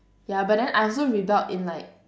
ya but then I also rebelled in like